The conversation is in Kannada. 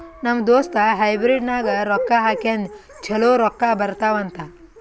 ನಮ್ ದೋಸ್ತ ಹೈಬ್ರಿಡ್ ನಾಗ್ ರೊಕ್ಕಾ ಹಾಕ್ಯಾನ್ ಛಲೋ ರೊಕ್ಕಾ ಬರ್ತಾವ್ ಅಂತ್